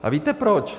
A víte proč?